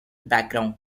background